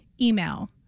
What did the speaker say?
email